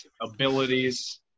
abilities